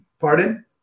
Pardon